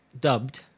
dubbed